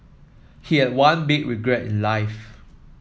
he had one big regret in life